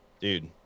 dude